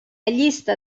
llista